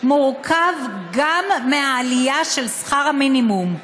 מורכב גם מהעלייה של שכר המינימום.